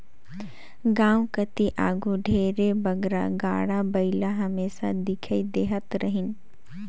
गाँव कती आघु ढेरे बगरा गाड़ा बइला हमेसा दिखई देहत रहिन